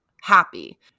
happy